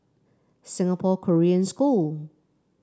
Singapore Korean School